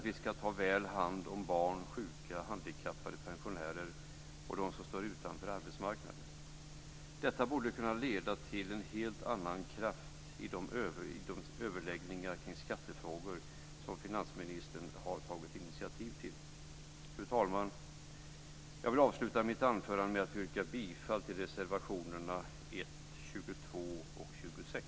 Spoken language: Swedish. Vi ska ta väl hand om barn, sjuka, handikappade, pensionärer och de som står utanför arbetsmarknaden. Detta borde kunna leda till en helt annan kraft i de överläggningar kring skattefrågor som finansministern har tagit initiativ till. Fru talman! Jag vill avsluta mitt anförande med att yrka bifall till reservationerna 1, 22 och 26.